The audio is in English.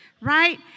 right